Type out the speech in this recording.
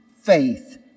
faith